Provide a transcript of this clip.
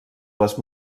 les